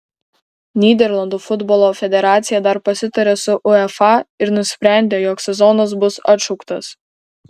nyderlandų futbolo federacija dar pasitarė su uefa ir nusprendė jog sezonas bus atšauktas